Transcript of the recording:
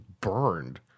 burned